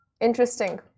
interesting